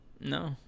No